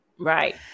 Right